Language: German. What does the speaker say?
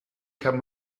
kann